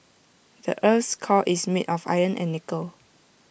the Earth's core is made of iron and nickel